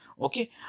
Okay